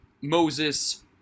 Moses